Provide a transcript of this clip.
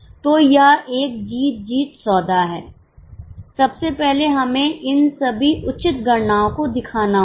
तो यह एक जीत जीत सौदा है सबसे पहले हमें इन सभी उचित गणनाओं को दिखाना होगा